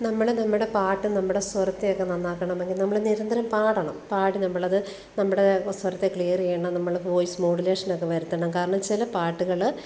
നമ്മൾ നമ്മുടെ പാട്ടും നമ്മുടെ സ്വരത്തെയൊക്കെ നന്നാക്കണമെങ്കിൽ നമ്മൾ നിരന്തരം പാടണം പാടി നമ്മളത് നമ്മുടെ സ്വരത്തെ ക്ലിയർ ചെയ്യണം നമ്മൾ വോയിസ് മോഡുലേഷനക്കെ വരുത്തണം കാരണം ചില പാട്ടുകൾ